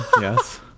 Yes